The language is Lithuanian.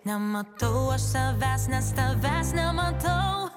nematau aš savęs nes tavęs nematau